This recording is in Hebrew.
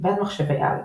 ועד מחשבי-על,